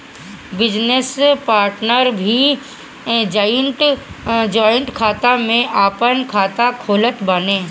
business partner भी joint खाता में आपन खाता खोलत बाने